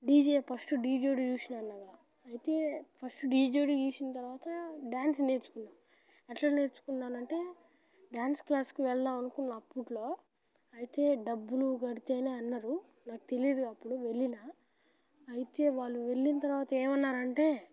DJ first Dhee Jodi చూసినా కదా అయితే ఫస్ట్ ఢీ జోడి చూసినా తర్వాత డ్యాన్స్ నేర్చుకున్నాను ఎట్ల నేర్చుకున్నాను అంటే డ్యాన్స్ క్లాస్కి వెళ్దాం అనుకున్న అప్పట్లో అయితే డబ్బులు కడితే అన్నారు నాకు తెలియదు అప్పుడు వెళ్ళినా అయితే వాళ్ళు వెళ్ళిన తర్వాత ఏమన్నారంటే